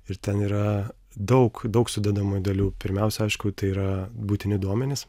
ir ten yra daug daug sudedamųjų dalių pirmiausia aišku tai yra būtini duomenys